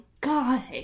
God